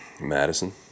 Madison